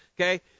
okay